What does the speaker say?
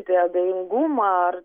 abejingumą ar